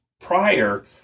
prior